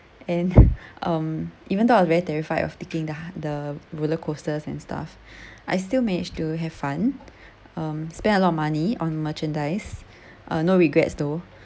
and um even though I was very terrified of taking the h~ the rollercoasters and stuff I still managed to have fun um spent a lot of money on merchandise uh no regrets though